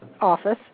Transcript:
office